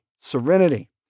Serenity